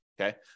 Okay